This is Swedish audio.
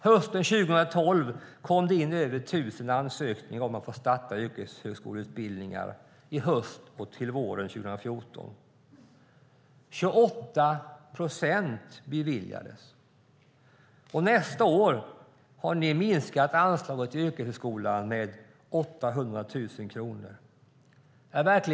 Hösten 2012 kom det in över 1 000 ansökningar om att få starta yrkeshögskoleutbildningar i höst och till våren 2014. 28 procent beviljades. Nästa år har ni minskat anslaget till yrkeshögskolan med 800 000 kronor.